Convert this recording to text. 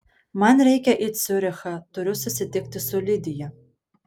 man reikia į ciurichą turiu susitikti su lidija